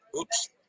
oops